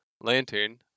Lantern